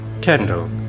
Kendall